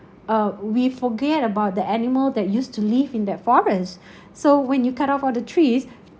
uh we forget about the animal that used to live in that forest so when you cut off all the trees